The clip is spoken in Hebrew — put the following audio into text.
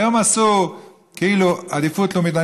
היום עשו כאילו עדיפות לאומית,